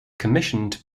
commissioned